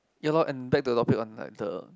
ya lor and back to the topic on like the